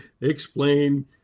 explain